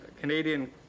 Canadian